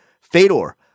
Fedor